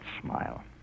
smile